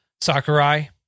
Sakurai